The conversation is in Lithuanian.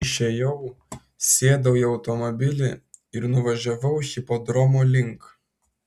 išėjau sėdau į automobilį ir nuvažiavau hipodromo link